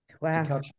Wow